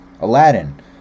Aladdin